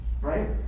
Right